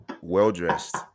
well-dressed